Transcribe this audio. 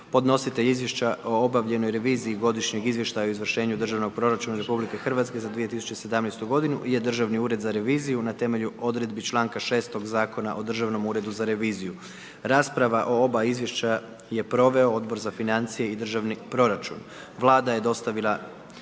Podnositelj izvještača o obavljenoj reviziji godišnjeg izvještaja o izvršenju državnog proračuna RH za 2017. g. je Državni ured za reviziju, na temelju odredbi čl. 6. Zakona o državnom uredu za reviziju. Rasprava o oba izvješća je proveo Odbor za financije i državni proračun. Vlada je dostavila